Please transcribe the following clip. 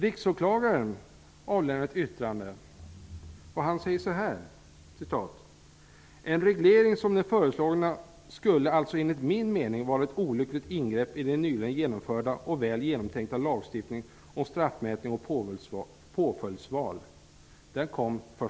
Riksåklagaren har avlämnat ett yttrande, där han säger så här: ''En reglering som den föreslagna skulle alltså enligt min mening vara ett olyckligt ingrepp i den nyligen genomförda och väl genomtänkta lagstiftningen om straffmätning och påföljdsval.